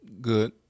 Good